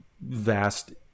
vast